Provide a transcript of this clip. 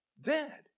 dead